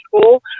school